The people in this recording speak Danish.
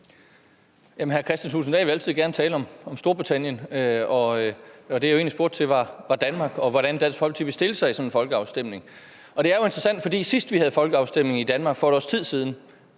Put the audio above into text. (RV): Hr. Kristian Thulesen Dahl vil altid gerne tale om Storbritannien, men det, jeg egentlig spurgte til, var Danmark, og hvordan Dansk Folkeparti ville stille sig i sådan en folkeafstemning. Og det er interessant, for sidst vi havde folkeafstemning i Danmark, for et års tid siden,